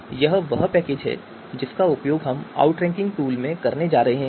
तो यह वह पैकेज है जिसका उपयोग हम आउटरैंकिंग टूल में करने जा रहे हैं